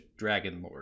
Dragonlord